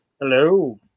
Hello